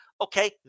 okay